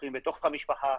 סכסוכים בתוך המשפחה,